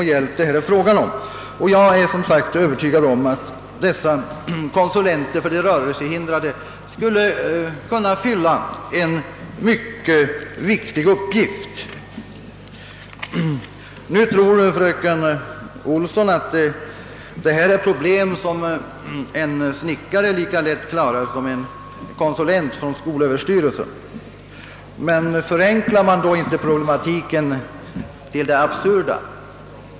Och jag är övertygad om att konsulenter för de rörelsehindrade skulle kunna göra mycket värdefulla insatser. Fröken Olsson tror att detta är problem, som en snickare klarar lika bra som en konsulent från skolöverstyrelsen. Men förenklar hon inte då problematiken in absurdum?